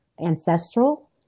ancestral